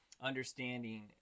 understanding